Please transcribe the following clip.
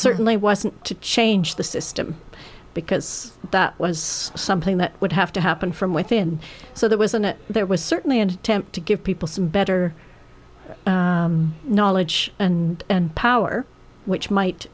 certainly wasn't to change the system because that was something that would have to happen from within so there was an it there was certainly an attempt to give people some better knowledge and power which might